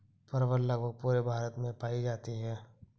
परवल लगभग पूरे भारत में पाई जाती है